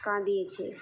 কাঁদিয়েছে